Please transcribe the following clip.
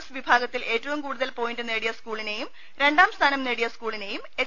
S വിഭാഗത്തിൽ ഏറ്റവും കൂടുതൽ പോയിന്റ് നേടിയ സ്കൂളിനെയും രണ്ടാം സ്ഥാനം നേടിയ സക്കൂളിനെയും എച്ച്